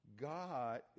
God